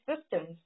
systems